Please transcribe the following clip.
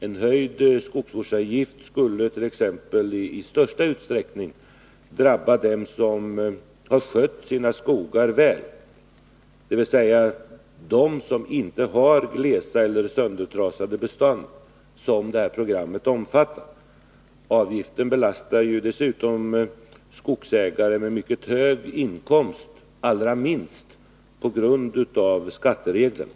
En höjd skogsvårdsavgift skulle t.ex. i mycket stor utsträckning drabba dem som har skött sina skogar väl, dvs. de som inte har de glesa eller söndertrasade bestånd som detta program omfattar. Avgiften belastar dessutom skogsägare med mycket höga inkomster allra minst på grund av skattereglerna.